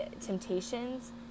temptations